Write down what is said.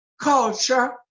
culture